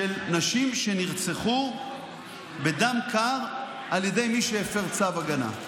שבהם נשים נרצחו בדם קר על ידי מי שהפר צו הגנה.